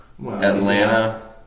Atlanta